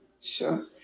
Sure